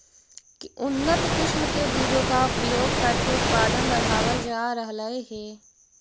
उन्नत किस्म के बीजों का प्रयोग करके उत्पादन बढ़ावल जा रहलइ हे